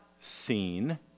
seen